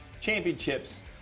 championships